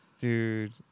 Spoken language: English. Dude